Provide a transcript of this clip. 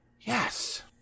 yes